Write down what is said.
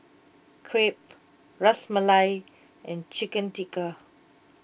Crepe Ras Malai and Chicken Tikka